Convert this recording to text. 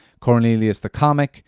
CorneliusTheComic